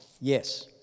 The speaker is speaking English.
Yes